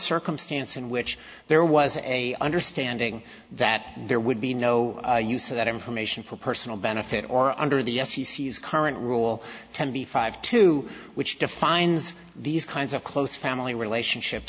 circumstance in which there was a understanding that there would be no use of that information for personal benefit or under the us he sees current rule twenty five to which defines these kinds of close family relationship